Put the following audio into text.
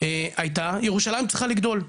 הייתה ירושלים צריכה לגדול,